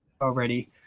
already